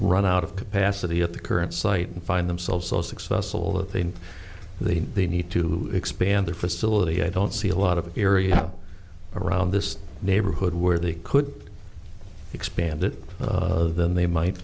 run out of capacity at the current site and find themselves so successful that they need the the need to expand their facility i don't see a lot of area around this neighborhood where they could expand it then they might